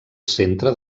centre